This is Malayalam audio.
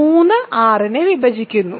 3 6 നെ വിഭജിക്കുന്നു